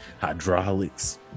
hydraulics